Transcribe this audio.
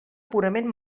purament